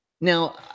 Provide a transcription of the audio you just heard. Now